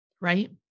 right